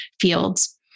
fields